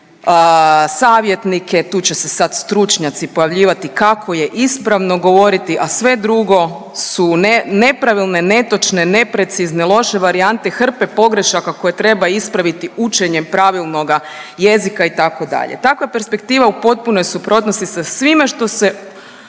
savjetnike, tu će se sad stručnjaci pojavljivati kako je ispravno govoriti, a sve drugo su nepravilne, netočne, neprecizne, loše varijante hrpe pogrešaka koje treba ispraviti učenjem pravilnoga jezika itd., takva perspektiva u potpunoj je suprotnosti sa svime što se